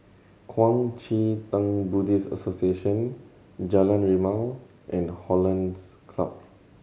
Kuang Chee Tng Buddhist Association Jalan Rimau and Hollandse Club